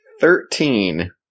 Thirteen